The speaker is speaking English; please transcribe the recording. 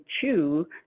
chew